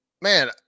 man